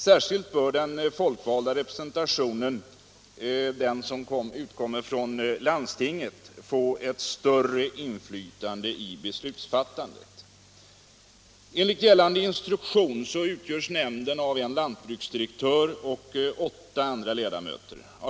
Särskilt bör den folkvalda representation som finns i landstinget få ett större inflytande vid beslutsfattandet.